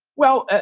well,